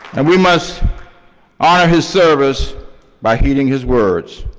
and we must honor his service by heeding his words.